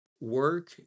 work